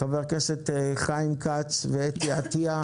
חברי הכנסת חיים כץ ואתי עטייה,